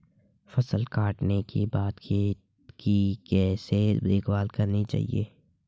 फसल काटने के बाद खेत की कैसे देखभाल करनी चाहिए?